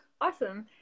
Awesome